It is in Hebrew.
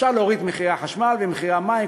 אפשר להוריד את מחירי החשמל ומחירי המים,